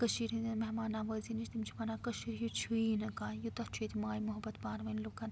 کٔشیٖرِ ہِنٛدۍ مہمان نوٲزی نِش تِم چھِ وَنان کٔشیٖرِ ہیٛو چھُی نہٕ کانٛہہ یوٗتاہ چھُ ییٚتہِ ماے محبت پانہٕ وٲنۍ لوٗکَن